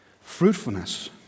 Fruitfulness